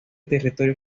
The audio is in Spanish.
territorio